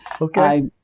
Okay